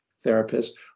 therapist